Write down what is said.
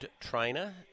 trainer